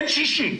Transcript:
אין יום שישי,